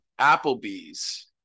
Applebee's